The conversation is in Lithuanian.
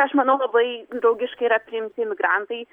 aš manau labai draugiškai yra priimti imigrantai